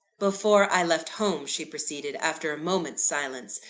before i left home, she proceeded, after a moment's silence,